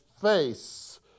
face